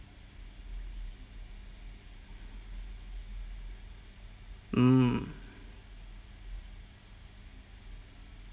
mm